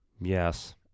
Yes